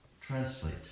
translate